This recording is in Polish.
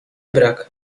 brak